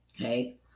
Okay